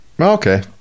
Okay